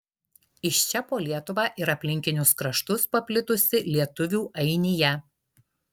iš čia po lietuvą ir aplinkinius kraštus paplitusi lietuvių ainija